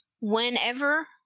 Whenever